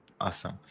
Awesome